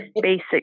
basic